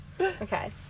Okay